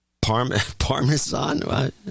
Parmesan